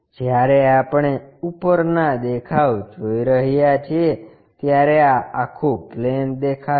જ્યારે આપણે ઉપરના દેખાવ જોઈ રહ્યા છીએ ત્યારે આ આખું પ્લેન દેખાશે